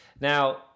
now